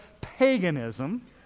paganism